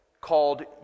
called